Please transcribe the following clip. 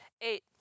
Eight